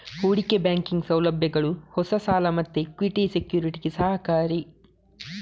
ಹೂಡಿಕೆ ಬ್ಯಾಂಕಿಂಗ್ ಸೌಲಭ್ಯಗಳು ಹೊಸ ಸಾಲ ಮತ್ತೆ ಇಕ್ವಿಟಿ ಸೆಕ್ಯುರಿಟಿಗೆ ಸಹಕಾರಿ